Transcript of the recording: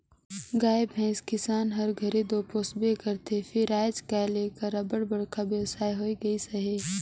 गाय भंइस किसान हर घरे दो पोसबे करथे फेर आएज काएल एकर अब्बड़ बड़खा बेवसाय होए गइस अहे